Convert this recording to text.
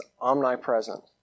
omnipresent